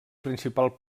principal